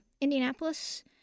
Indianapolis